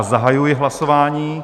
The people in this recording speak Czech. Zahajuji hlasování.